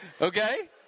okay